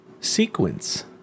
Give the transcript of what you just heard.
sequence